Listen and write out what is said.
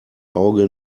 auge